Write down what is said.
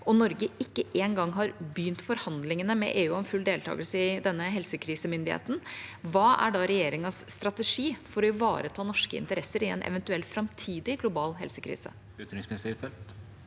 Norge ikke engang har begynt forhandlingene med EU om full deltagelse i denne helsekrisemyndigheten, hva er da regjeringas strategi for å ivareta norske interesser i en eventuell framtidig global helsekrise?